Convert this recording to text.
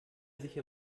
sich